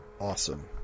awesome